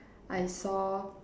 I saw